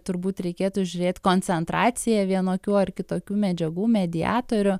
turbūt reikėtų žiūrėt koncentraciją vienokių ar kitokių medžiagų mediatorių